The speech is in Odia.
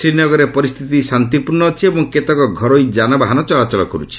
ଶ୍ରୀନଗରରେ ପରିସ୍ଥିତି ଶାନ୍ତିପୂର୍ଣ୍ଣ ଅଛି ଏବଂ କେତେକ ଘରୋଇ ଯାନବାହନ ଚଳାଚଳ କରୁଛି